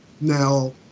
Now